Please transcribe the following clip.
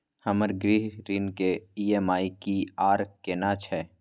हमर गृह ऋण के ई.एम.आई की आर केना छै?